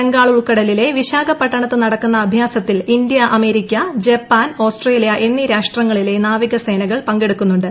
ബംഗാൾ ഉൾക്കടലിലെ വിശാഖപട്ടണത്ത് നടക്കുന്ന അഭ്യാസത്തിൽ ഇന്ത്യ അമേരിക്ക ജപ്പാൻ ഓസ്ട്രേലിയ എന്നീ രാഷ്ട്രങ്ങളിലെ നാവികസേനകൾ പങ്കെടുക്കുന്നുണ്ട്